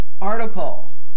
article